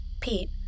Pete